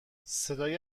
صدای